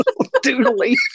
doodly